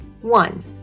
One